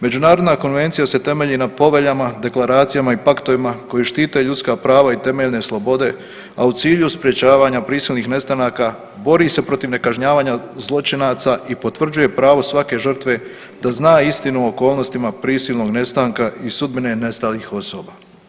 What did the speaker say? Međunarodna konvencija se temelji na poveljama, deklaracijama i paktovima koji štite ljudska prava i temeljne slobode, a u cilju sprječavanja prisilnih nestanaka bori se protiv nekažnjavanja zločinaca i potvrđuje pravo svake žrtve da zna istinu o okolnostima prisilnog nestanka i sudbine nestalih osoba.